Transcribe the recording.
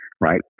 right